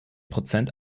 prozent